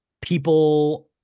people